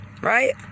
Right